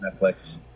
Netflix